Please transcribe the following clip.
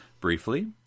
Briefly